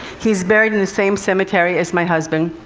he's buried in the same cemetery as my husband.